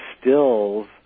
stills